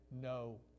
no